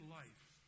life